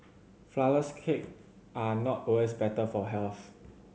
flourless cake are not always better for health